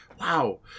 Wow